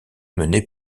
menée